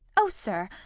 oh! sir,